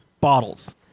bottles